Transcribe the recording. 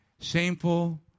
shameful